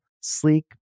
sleek